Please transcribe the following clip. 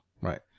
Right